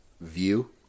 view